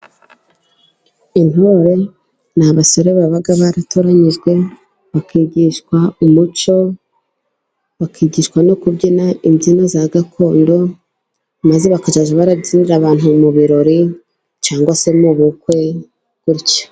Intore ni abasore baba baratoranyijwe bakigishwa umuco, bakigishwa no kubyina imbyino za gakondo, maze bakajya babyinira abantu mu birori cyangwa se mu bukwe gutyo.